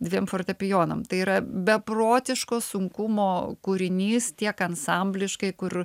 dviem fortepijonam tai yra beprotiško sunkumo kūrinys tiek ansambliškai kur